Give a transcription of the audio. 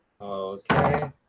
Okay